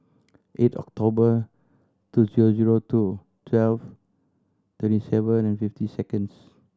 eight October two zero zero two twelve twenty seven and fifty seconds